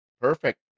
perfect